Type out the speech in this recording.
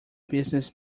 business